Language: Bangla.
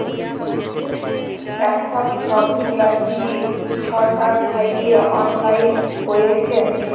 এখল ছব গুলা জিলিস ছরকার থ্যাইকে অললাইল ক্যইরেছে